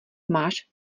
máš